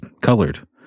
colored